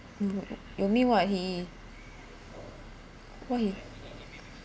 you you mean what he what he